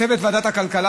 צוות ועדת הכלכלה,